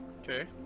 Okay